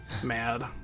mad